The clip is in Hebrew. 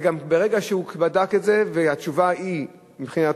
אלא גם ברגע שהוא בדק את זה והתשובה היא מבחינתו